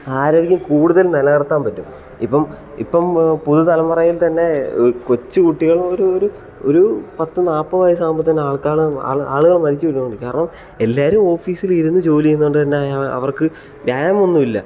ആരോഗ്യം കൂടുതൽ നിലനിർത്താൻ പറ്റും ഇപ്പം ഇപ്പം പുതുതലമുറയിൽ തന്നെ കൊച്ചുകുട്ടികൾ മുതൽ ഒരു ഒരു ഒരു പത്ത് നാൽപ്പത് വയസ്സാകുമ്പോൾ തന്നെ ആൾക്കാർ ആളുകൾ മരിച്ചുപോയ്ക്കൊണ്ടിരിക്കുന്നു കാരണം എല്ലാവരും ഓഫീസിലിരുന്ന് ജോലി ചെയ്യുന്നത് കൊണ്ട് തന്നെ അവർക്ക് വ്യായാമം ഒന്നുമില്ല